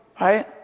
right